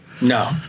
No